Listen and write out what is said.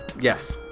Yes